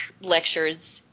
lectures